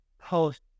post